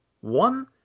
one